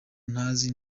ntazi